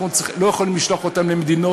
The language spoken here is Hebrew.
אנחנו לא יכולים לשלוח אותם למדינות